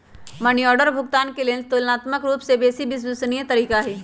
money order भुगतान के लेल ततुलनात्मक रूपसे बेशी विश्वसनीय तरीका हइ